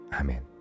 Amen